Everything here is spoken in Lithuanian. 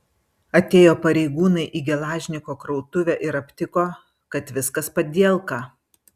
atėjo pareigūnai į gelažniko krautuvę ir aptiko kad viskas padielka